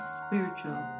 spiritual